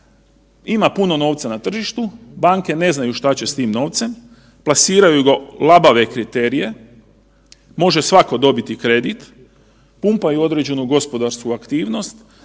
ima puno novca na tržištu, banke ne znaju šta će s tim novcem, plasiraju ga labave kriterije, može svako dobiti kredit, pumpaju određenu gospodarsku aktivnost.